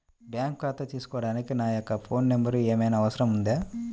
Bank ఖాతా తీసుకోవడానికి నా యొక్క ఫోన్ నెంబర్ ఏమైనా అవసరం అవుతుందా?